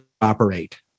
operate